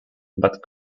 but